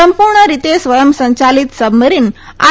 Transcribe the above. સંપૂર્ણ રીતે સ્વયં સંચાલિત સબમરીન આઇ